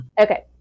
Okay